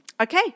Okay